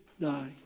die